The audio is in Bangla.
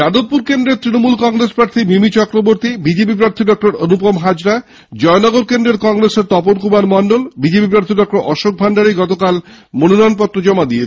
যাদবপুর কেন্দ্রে তৃণমূল কংগ্রেস প্রার্থী মিমি চক্রবর্তী বিজেপি প্রার্থী ডঃ অনুপম হাজরা জয়নগর কেন্দ্রের কংগ্রেসের তপন কুমার মণ্ডল বিজেপি প্রার্থী ডঃ অশোক কান্ডারি গতকাল মনোনয়ন জমা করেছেন